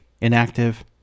inactive